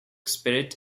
spirit